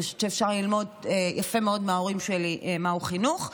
אני חושבת שאפשר ללמוד יפה מאוד מההורים שלי מהו חינוך,